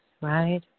right